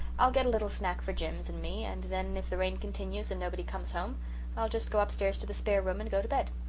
i'll get a little snack for jims and me, and then if the rain continues and nobody comes home i'll just go upstairs to the spare room and go to bed.